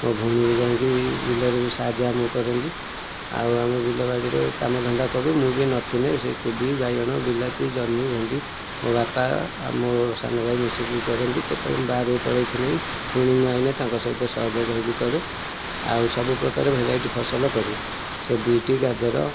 ମୋ ଭଉଣୀ ବି ଯାଇକି ବିଲରେ ବି ସାହାଯ୍ୟ ଆମକୁ କରନ୍ତି ଆଉ ଆମେ ବିଲ ବାଡ଼ିରେ କାମଧନ୍ଦା କରୁ ମୁଁ ବି ନଥିଲେ ସେ କୋବି ବାଇଗଣ ବିଲାତି ଜହ୍ନି ଭେଣ୍ଡି ମୋ ବାପା ଆଉ ମୋ ସାନ ଭାଇ ମିଶିକରି କରନ୍ତି କେତେବେଳେ ମୁଁ ବାହାରକୁ ପଳାଇଥିଲେ ବି ଫୁଣି ମୁଁ ଆସିଲେ ତାଙ୍କ ସହିତ ସହଯୋଗ ହୋଇକି କରେ ଆଉ ସବୁପ୍ରକାର ଭେରାଇଟି ଫସଲ କରୁ ସେ ବିଟ୍ ଗାଜର